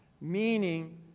Meaning